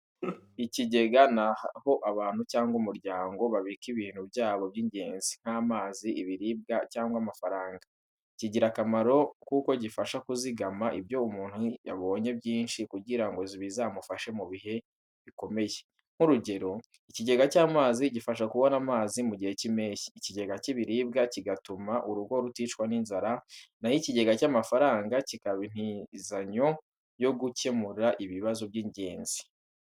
Ikigega ni aho abantu cyangwa umuryango babika ibintu byabo by’ingenzi, nk’amazi, ibiribwa cyangwa amafaranga. Kigira akamaro kuko gifasha kuzigama ibyo umuntu yabonye byinshi kugira ngo bizamufashe mu bihe bikomeye. Nk’urugero, ikigega cy’amazi gifasha kubona amazi mu gihe cy’impeshyi, ikigega cy’ibiribwa kigatuma urugo ruticwa n’inzara, na ho ikigega cy’amafaranga kikaba intizanyo yo gukemura ibibazo by’ingenzi.